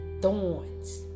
thorns